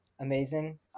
Amazing